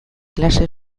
klase